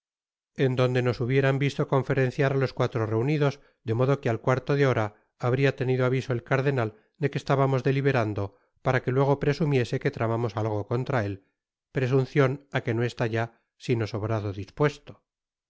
en donde nos hubieran visto conferenciar á los cuatro reunidos de modo que al cuarto de hora habría tenido aviso el cardenal de que estábamos deliberando para que luego presumiese que tramamos algo contra él presuncion á que no está ya sino sobrado dispuesto sí